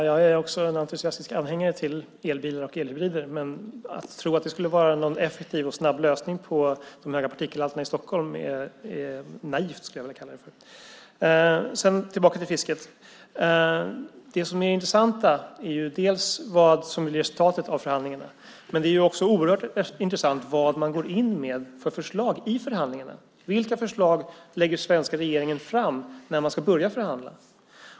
Herr talman! Jag är en entusiastisk anhängare till elbilar och elhybrider. Men att tro att det skulle vara någon effektiv och snabb lösning för att minska partikelhalterna i Stockholm är naivt, skulle jag vilja säga. Sedan tillbaka till fiskefrågan. Det som är intressant är vad som blir resultatet av förhandlingarna. Men det är också oerhört intressant vad man går in med för förslag i förhandlingarna. Vilka förslag lägger den svenska regeringen fram när man ska börja förhandla?